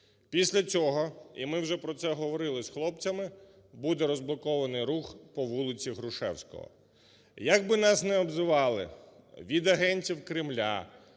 Після цього, і ми вже про це говорили з хлопцями, буде розблокований рух по вулиці Грушевського. Як би нас не обзивали – від агентів Кремля,